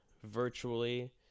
virtually